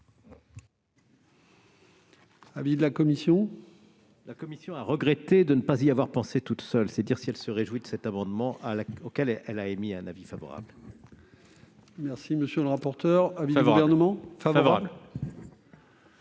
La commission a regretté de ne pas y avoir pensé toute seule ... C'est dire si elle se réjouit de cet amendement, sur lequel elle a émis un avis favorable. Quel est l'avis du Gouvernement ? Favorable.